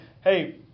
hey